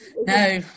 No